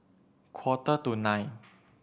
quarter to nine